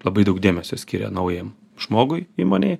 labai daug dėmesio skiria naujam žmogui įmonėj